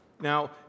Now